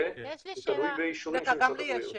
וזה תלוי באישורים של משרד הבריאות.